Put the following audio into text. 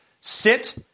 Sit